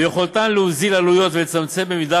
ביכולתן להוזיל עלויות ולצמצם במידה